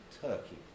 Turkey